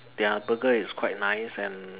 their burger is quite nice and